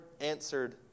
answered